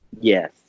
Yes